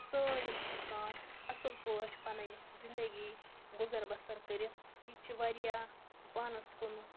سٲلِم چھِ ہیٚکان اصٕل پٲٹھۍ پَنٕنۍ زِندَگی گُزَر بَسَر کٔرِتھ یہِ چھِ واریاہ پانَس کُن